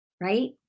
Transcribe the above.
right